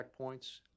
checkpoints